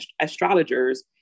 astrologers